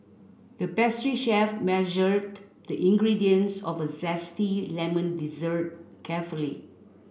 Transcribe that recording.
the pastry chef measured the ingredients for a zesty lemon dessert carefully